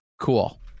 Cool